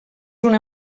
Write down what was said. una